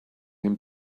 him